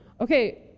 okay